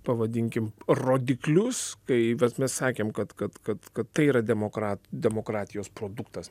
pavadinkim rodiklius kai vat mes sakėm kad kad kad kad tai yra demokrat demokratijos produktas